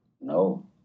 No